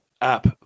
app